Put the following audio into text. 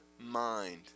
mind